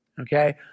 Okay